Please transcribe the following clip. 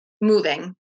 moving